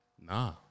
nah